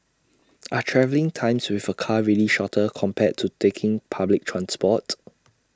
are travelling times with A car really shorter compared to taking public transport